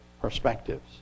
perspectives